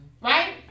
right